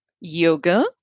yoga